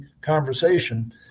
conversation